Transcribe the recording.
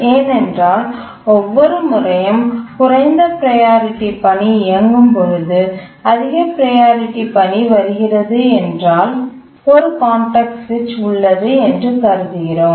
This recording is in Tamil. ஏனென்றால் ஒவ்வொரு முறையும் குறைந்த ப்ரையாரிட்டி பணி இயங்கும் பொழுது அதிக ப்ரையாரிட்டி பணி வருகிறது என்றால் ஒரு கான்டெக்ஸ்ட் சுவிட்ச் உள்ளது என்று கருதுகிறோம்